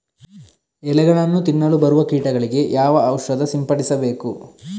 ಎಲೆಗಳನ್ನು ತಿನ್ನಲು ಬರುವ ಕೀಟಗಳಿಗೆ ಯಾವ ಔಷಧ ಸಿಂಪಡಿಸಬೇಕು?